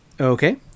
Okay